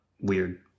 weird